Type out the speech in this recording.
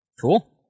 Cool